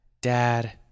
Dad